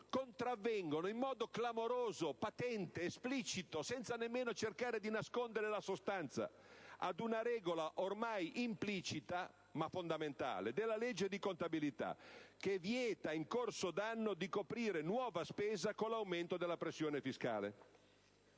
contravvengono in modo clamoroso, patente, esplicito, senza nemmeno cercare di nascondere la sostanza, ad una regola ormai implicita ma fondamentale della legge di contabilità, che vieta in corso d'anno di coprire nuova spesa con l'aumento della pressione fiscale;